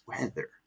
weather